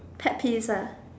pet peeves ah